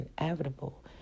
inevitable